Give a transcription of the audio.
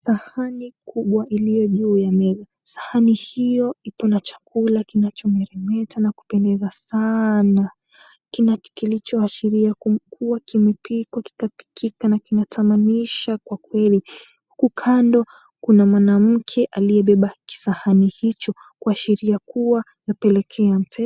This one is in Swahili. Sahani kubwa iliyo juu ya meza. Sahani hiyo ipo na chakula kinacho meremeta na kupendeza sana kilichoashiria kuwa kimepikwa kikapikika na kinatamanisha kwa kweli huku kando kuna mwanamke aliyebeba kisahani hicho kuashiria kuwa anapelekea mteja.